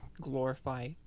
glorify